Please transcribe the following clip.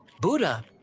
buddha